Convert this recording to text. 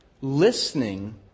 listening